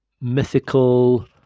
mythical